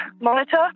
monitor